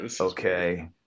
okay